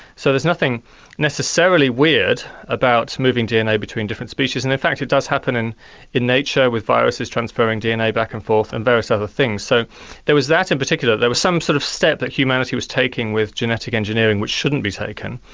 so there's nothing necessarily weird about moving dna between different species, and in fact it does happen in in nature with viruses transferring dna back and forth and various other things. so there was that, in particular, that there was some sort of step that humanity was taking with genetic engineering which shouldn't be taken.